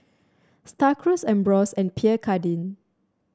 Star Cruise Ambros and Pierre Cardin